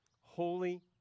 holy